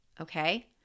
okay